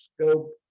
scope